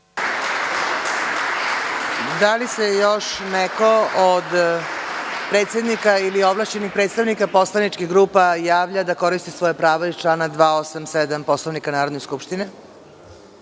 Da li se još neko od predsednika ili ovlašćenih predstavnika poslaničkih grupa javlja da koristi svoje pravo iz člana 287. Poslovnika Narodne skupštine? Ako